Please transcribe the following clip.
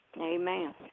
Amen